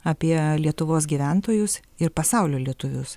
apie lietuvos gyventojus ir pasaulio lietuvius